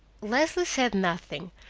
leslie said nothing,